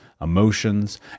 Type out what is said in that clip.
emotions